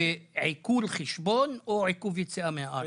עיקול חשבון או עיכוב יציאה מן הארץ?